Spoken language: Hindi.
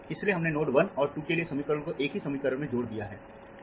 इसलिए हमने नोड्स 1 और 2 के लिए समीकरण को एक ही समीकरण में जोड़ दिया है